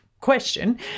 question